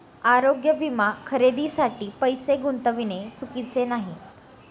आरोग्य विमा खरेदीसाठी पैसे गुंतविणे चुकीचे नाही